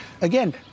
again